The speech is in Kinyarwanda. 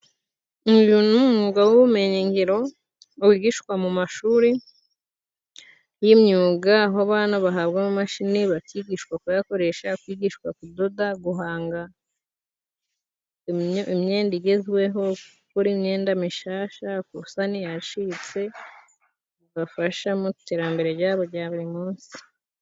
Uyu ni umwuga w'ubumenyi ngiro wigishwa mu mashuri y'imyuga, aho abana bahabwa amamashini bakigishwa kuyakoresha. Kwigishwa kudoda, guhanga imyenda igezweho, gukora imyenda mishasha, gusana iyashitse bibafasha mu iterambere ryabo rya buri munsi.